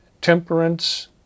temperance